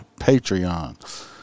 Patreon